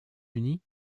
unis